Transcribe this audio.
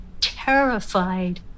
terrified